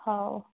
ହଉ